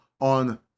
on